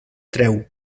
treu